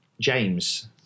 James